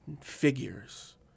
figures